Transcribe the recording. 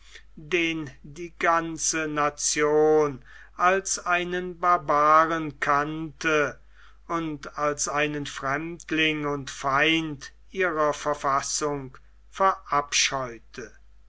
den die ganze nation als einen barbaren kannte und als einen fremdling und feind ihrer verfassung verabscheute